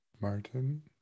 Martin